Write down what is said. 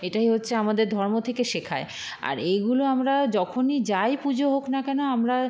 এটাই হচ্ছে আমাদের ধর্ম থেকে শেখায় আর এইগুলো আমরা যখনই যাই পুজো হোক না কেন আমরা